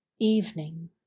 Evening